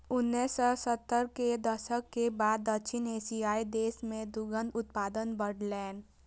उन्नैस सय सत्तर के दशक के बाद दक्षिण एशियाइ देश मे दुग्ध उत्पादन बढ़लैए